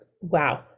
wow